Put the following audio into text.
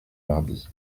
mardi